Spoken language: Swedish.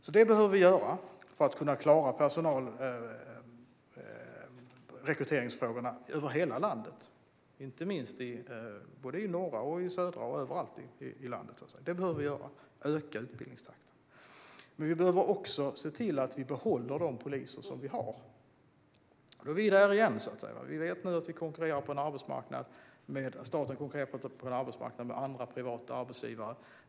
Vi behöver öka utbildningstakten för att kunna klara rekryteringsfrågorna över hela landet, både i norr och söder. Vi behöver också se till att vi behåller de poliser vi har. Då är vi där igen. Vi vet att staten konkurrerar på en arbetsmarknad med andra, privata arbetsgivare.